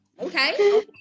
Okay